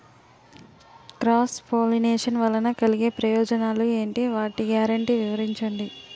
Cross pollination వలన కలిగే ప్రయోజనాలు ఎంటి? వాటి గ్యారంటీ వివరించండి?